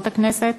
חברות הכנסת,